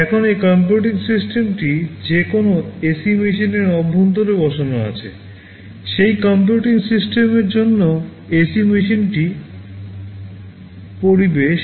এখন এই কম্পিউটিং সিস্টেমটি যে কোনও AC machine এর অভ্যন্তরে বসে আছে সেই কম্পিউটিং সিস্টেমের জন্য AC machine টি পরিবেশ